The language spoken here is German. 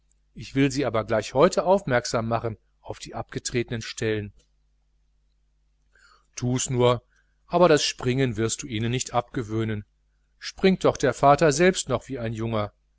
ich will sie aber gleich heute aufmerksam machen auf die abgetretenen stellen tu's nur aber das springen wirst du ihnen nicht abgewöhnen springt doch der vater selbst noch wie ein junger